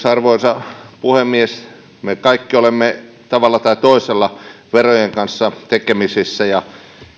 arvoisa puhemies me kaikki olemme tavalla tai toisella verojen kanssa tekemisissä ja